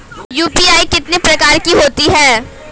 UPI कितने प्रकार की होती हैं?